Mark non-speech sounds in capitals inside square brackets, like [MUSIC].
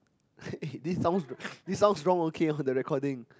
[LAUGHS] eh this sounds this sound wrong okay on the recording